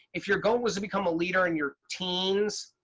if your goal was to become a leader in your teens,